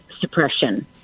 suppression